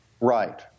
Right